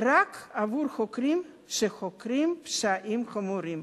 רק עבור חוקרים שחוקרים פשעים חמורים,